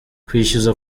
kwishyuzwa